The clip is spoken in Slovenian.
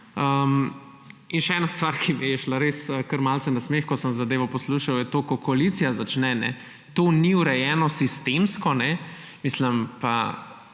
In še ena stvar, pri kateri mi je šlo res kar malce na smeh, ko sem zadevo poslušal, je to, ko koalicija začne: »To ni urejeno sistemsko.« Kakšna